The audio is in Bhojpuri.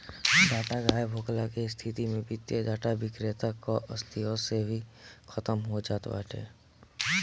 डाटा गायब होखला के स्थिति में वित्तीय डाटा विक्रेता कअ अस्तित्व भी खतम हो जात बाटे